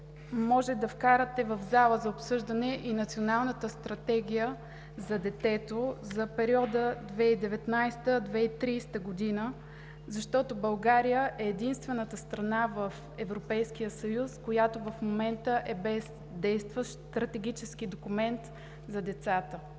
може да вкарате в залата за обсъждане и Националната стратегия за детето за периода 2019 – 2030 г., защото България е единствената страна в Европейския съюз, която в момента е без действащ стратегически документ за децата.